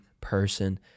person